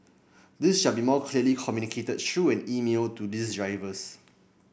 this shall be clearly communicated through an email to these drivers